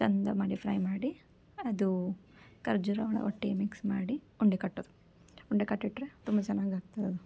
ಚಂದ ಮಾಡಿ ಫ್ರೈ ಮಾಡಿ ಅದು ಖರ್ಜೂರ ಒಳ ಒಟ್ಟಿಗೆ ಮಿಕ್ಸ್ ಮಾಡಿ ಉಂಡೆ ಕಟ್ಟೋದು ಉಂಡೆ ಕಟ್ಟಿಟ್ಟರೆ ತುಂಬ ಚೆನ್ನಾಗಿ ಆಗ್ತದದು